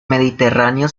mediterráneo